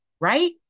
right